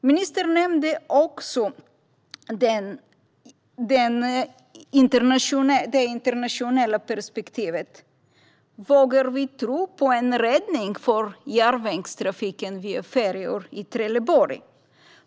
Ministern nämnde det internationella perspektivet. Vågar vi tro på en räddning för järnvägstrafiken via färjor i Trelleborg?